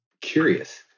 curious